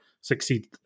succeed